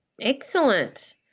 excellent